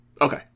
Okay